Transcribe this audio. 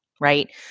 Right